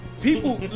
People